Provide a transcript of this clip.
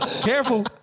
Careful